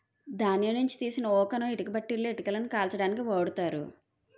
ధాన్యం నుంచి తీసిన ఊకను ఇటుక బట్టీలలో ఇటుకలను కాల్చడానికి ఓడుతారు